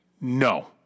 No